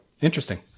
interesting